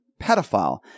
pedophile